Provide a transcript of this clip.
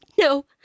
no